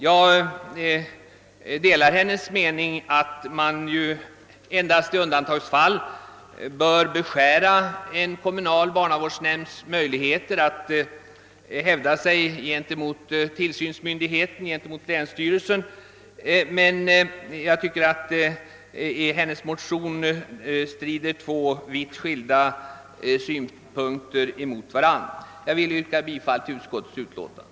Jag delar fru Holmqvists uppfattning att man endast i undantagsfall bör begränsa en kommunal barnavårdsnämnds möjligheter att hävda sig gentemot tillsynsmyndigheten, d.v.s. länsstyrelsen, men jag tycker att de två vitt skilda synpunkterna strider mot varandra i hennes motion. Herr talman! Jag ber att få yrka bifall till utskottets hemställan.